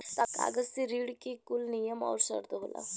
कागज मे ऋण के कुल नियम आउर सर्त होला